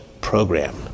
program